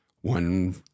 one